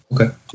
okay